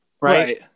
Right